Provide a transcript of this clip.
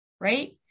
Right